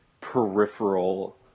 peripheral